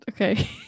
okay